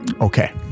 Okay